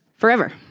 forever